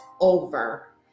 over